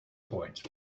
point